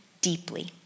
deeply